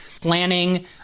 planning